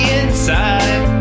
inside